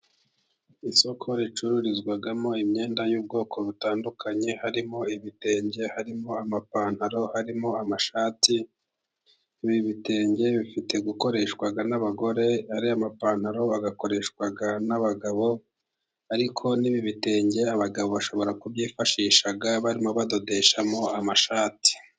Isoko ricururizwamo imyenda y'ubwoko butandukanye:harimo ibitenge, harimo amapantaro, harimo amashati , ibi bitenge bifite gukoreshwa n'abagore, ariya mapantaro agakoreshwa n'abagabo, ariko n'ibitenge abagabo bashobora kubyifashisha, barimo badodeshamo amashati.